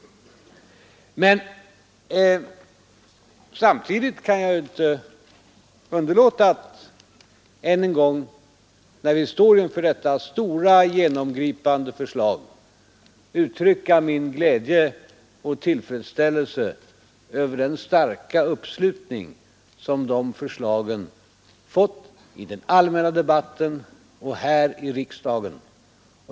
Samtidigt kan jag inte underlåta att än en gång, när vi står inför detta stora genomgripande förslag, uttrycka min glädje och tillfredsställelse över den starka uppslutning som de förslagen fått i den allmänna debatten och här i riksdagen.